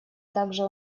также